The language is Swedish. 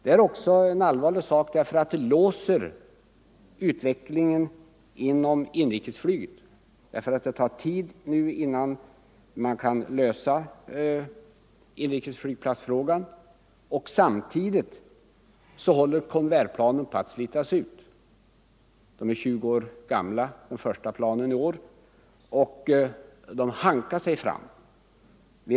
Det är allvarligt också därför att vi låser utvecklingen inom inrikesflyget; det tar tid innan man kan lösa frågan om inrikesflygplatsen, och samtidigt håller Convairplanen på att slitas ut. De första Convairplanen är nu 20 år gamla, och de hankar sig fram.